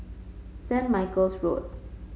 Saint Michael's Road